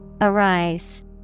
Arise